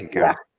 yeah,